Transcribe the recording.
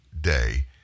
day